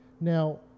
Now